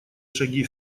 шаги